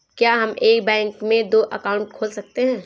क्या हम एक बैंक में दो अकाउंट खोल सकते हैं?